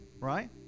right